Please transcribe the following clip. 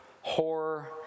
horror